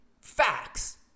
facts